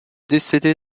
décédé